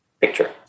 picture